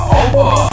over